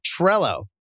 Trello